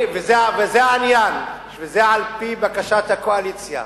וזה העניין, וזה על-פי בקשת הקואליציה.